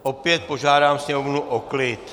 Opět požádám sněmovnu o klid.